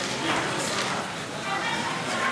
חוק לקידום השקעות בחברות הפועלות בתחומי הטכנולוגיה העילית (היי-טק)